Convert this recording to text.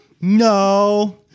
no